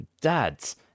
Dads